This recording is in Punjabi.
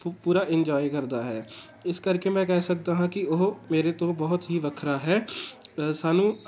ਪੂ ਪੂਰਾ ਇੰਜੋਏ ਕਰਦਾ ਹੈ ਇਸ ਕਰਕੇ ਮੈਂ ਕਹਿ ਸਕਦਾ ਹਾਂ ਕਿ ਉਹ ਮੇਰੇ ਤੋਂ ਬਹੁਤ ਹੀ ਵੱਖਰਾ ਹੈ ਸਾਨੂੰ